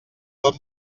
tot